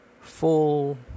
full